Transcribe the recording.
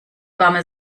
warme